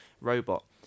robot